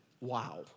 Wow